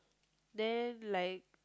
then like